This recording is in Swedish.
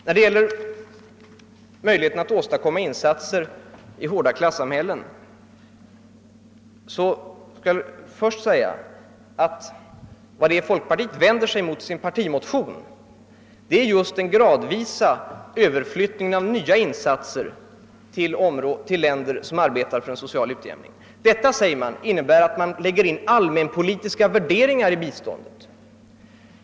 När det gäller möjligheten att åstadkomma insatser i hårda klassamhällen, så vänder sig folkpartiet i sin partimotion just mot den gradvisa överflyttningen av nya insatser till länder som arbetar för en social utjämning. Detta, säger folkpartiet, innebär att man Jlägger in allmänpolitiska värderingar i biståndet.